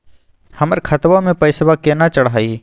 हमर खतवा मे पैसवा केना चढाई?